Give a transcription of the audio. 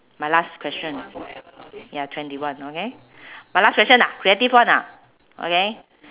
my last question ya twenty one okay my last question lah creative one ah okay